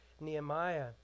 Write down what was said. Nehemiah